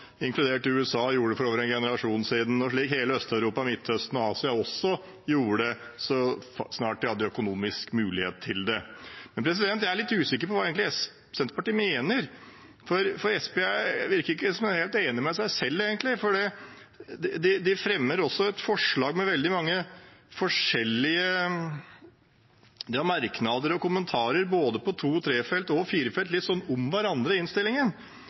inkludert USA, gjorde for over en generasjon siden, og slik hele Øst-Europa, Midtøsten og Asia også gjorde så snart de hadde økonomisk mulighet til det. Men jeg er litt usikker på hva Senterpartiet egentlig mener, for det virker ikke som om de er helt enige med seg selv. De har merknader og kommentarer om både to- og trefelts og firefelts vei litt om hverandre i innstillingen. Og